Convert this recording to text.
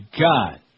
God